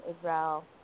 Israel